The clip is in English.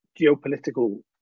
geopolitical